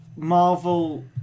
Marvel